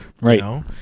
right